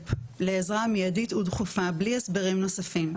לעזרה מיידית ודחופה בלי הסברים נוספים,